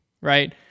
right